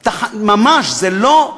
ממש, זה לא,.